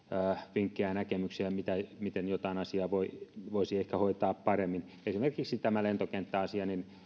vinkkejä ja näkemyksiä miten jotain asiaa voisi ehkä hoitaa paremmin esimerkiksi tämä lentokenttäasia